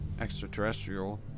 extraterrestrial